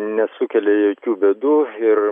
nesukelia jokių bėdų ir